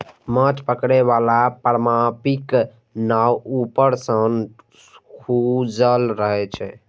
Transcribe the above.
माछ पकड़े बला पारंपरिक नाव ऊपर सं खुजल रहै छै